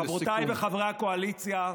חברותיי וחברי הקואליציה,